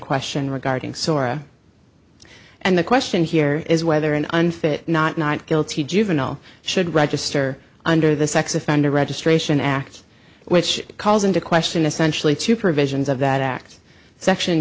question regarding sora and the question here is whether an unfit not not guilty juvenile should register under the sex offender registration act which calls into question essentially two provisions of that act section